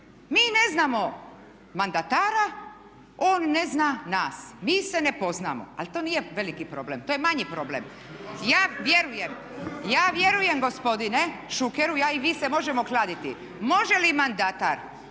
mi ne znamo mandatara, on ne zna nas, mi se ne poznajemo. Ali to nije veliki problem, to je manji problem. Ja vjerujem gospodine Šukeru, ja i vi se možemo kladiti, može li mandatar